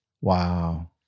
Wow